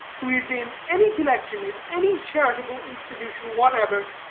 who is in any connection with any charitable institution whatever,